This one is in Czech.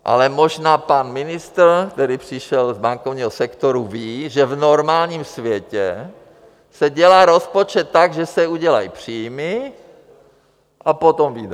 Ale možná pan ministr, který přišel z bankovního sektoru, ví, že v normálním světě se dělá rozpočet tak, že se udělají příjmy a potom výdaje.